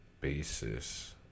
basis